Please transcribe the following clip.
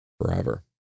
forever